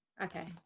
okay